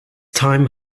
time